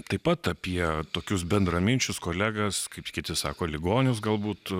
taip pat apie tokius bendraminčius kolegas kaip kiti sako ligonius galbūt